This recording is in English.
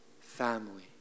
family